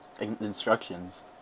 Instructions